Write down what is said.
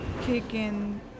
Kicking